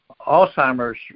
Alzheimer's